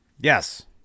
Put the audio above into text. Yes